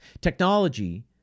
Technology